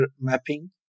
mapping